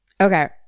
Okay